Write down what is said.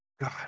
God